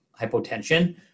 hypotension